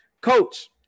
Coach